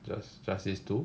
just just these two